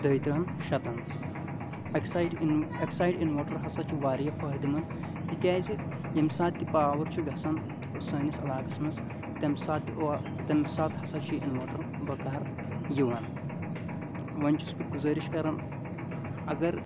دۄیہِ تٕرٛہَن شَتَن اٮ۪کسایڈ اِن اٮ۪کسایڈ اِنوٲٹَر ہسا چھُ واریاہ فٲہدٕ منٛد تِکیٛازِ ییٚمۍ ساتہٕ تہِ پاوَر چھُ گژھان سٲنِس علاقَس منٛز تَمہِ ساتہٕ تَمہِ ساتہٕ ہسا چھُ یہِ اِنوٲٹَر بَکار یِوان وۄنۍ چھُس بہٕ گُزٲرِش کَران اَگر